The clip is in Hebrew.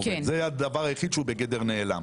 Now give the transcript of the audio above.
זה הדבר היחיד שהוא בגדר נעלם.